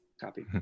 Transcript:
Copy